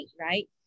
right